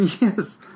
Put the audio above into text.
Yes